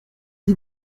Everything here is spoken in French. dit